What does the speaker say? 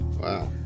Wow